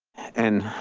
and